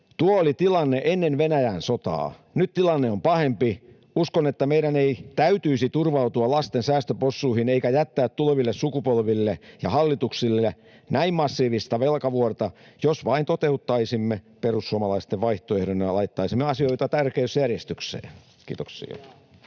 Tuo oli tilanne ennen Venäjän sotaa. Nyt tilanne on pahempi. Uskon, että meidän ei täytyisi turvautua lasten säästöpossuihin eikä jättää tuleville sukupolville ja hallituksille näin massiivista velkavuorta, jos vain toteuttaisimme perussuomalaisten vaihtoehdon ja laittaisimme asioita tärkeysjärjestykseen. — Kiitoksia.